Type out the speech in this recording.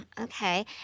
okay